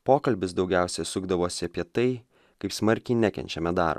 pokalbis daugiausiai sukdavosi apie tai kaip smarkiai nekenčiame dar